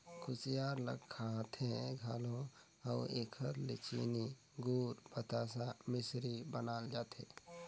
कुसियार ल खाथें घलो अउ एकर ले चीनी, गूर, बतासा, मिसरी बनाल जाथे